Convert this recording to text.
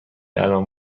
الان